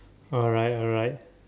alright alright